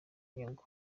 inyungu